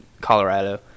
Colorado